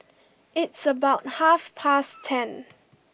its about half past ten